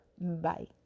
Bye